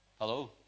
Hello